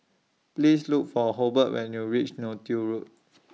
Please Look For Hobert when YOU REACH Neo Tiew Road